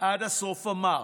עד הסוף המר,